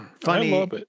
funny